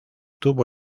tuvo